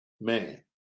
Man